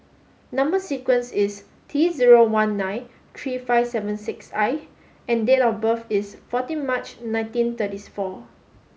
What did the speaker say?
number sequence is T zero one nine three five seven six I and date of birth is fourteen March nineteen thirty four